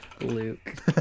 Luke